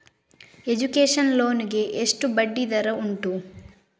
Education loan ಗೆ ಎಷ್ಟು ಬಡ್ಡಿ ದರ ಉಂಟು?